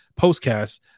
postcast